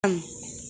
थाम